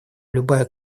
любая